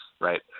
right